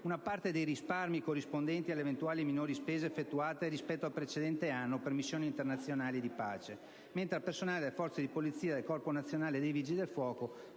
una parte dei risparmi corrispondenti alle eventuali minori spese effettuate rispetto al precedente anno per missioni internazionali di pace, mentre al personale delle Forze di polizia e del Corpo nazionale dei vigili del fuoco